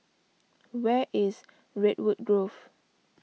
where is Redwood Grove